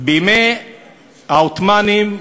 בימי העות'מאנים,